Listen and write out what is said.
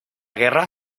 guerra